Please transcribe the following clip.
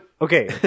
okay